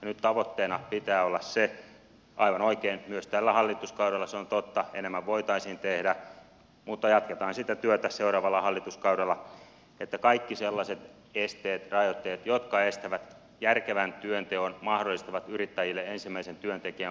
nyt tavoitteena pitää olla sen aivan oikein myös tällä hallituskaudella se on totta enemmän voitaisiin tehdä mutta jatketaan sitä työtä seuraavalla hallituskaudella että poistetaan kaikki sellaiset esteet rajoitteet jotka estävät järkevän työnteon mahdollistetaan yrittäjille ensimmäisen työntekijän palkkaaminen